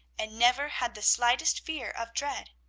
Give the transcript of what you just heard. and never had the slightest fear of dread,